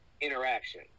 interaction